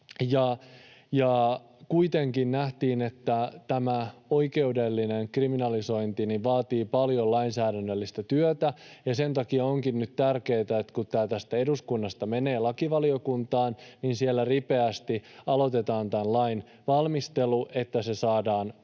Kuitenkin nähtiin, että tämä oikeudellinen kriminalisointi vaatii paljon lainsäädännöllistä työtä, ja sen takia onkin nyt tärkeätä, että kun tämä eduskunnasta menee lakivaliokuntaan, niin siellä ripeästi aloitetaan tämän lain valmistelu, niin että se saadaan voimaan